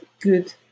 good